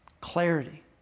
clarity